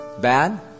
bad